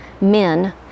men